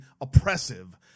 oppressive